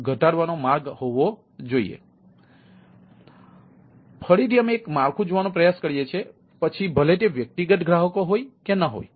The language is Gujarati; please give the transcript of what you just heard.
તેથી ફરીથી અમે એક માળખું જોવાનો પ્રયાસ કરીએ છીએ પછી ભલે તે વ્યક્તિગત ગ્રાહકો હોય કે ન હોય